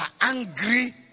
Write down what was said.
angry